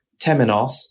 Temenos